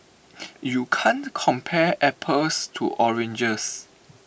you can't compare apples to oranges